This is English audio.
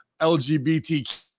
LGBTQ